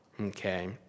Okay